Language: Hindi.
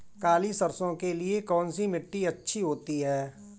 काली सरसो के लिए कौन सी मिट्टी अच्छी होती है?